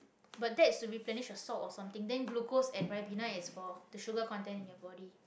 but that is to replenish the salt or something then glucose and ribena is for the sugar content in your body